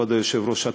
כבוד היושב-ראש,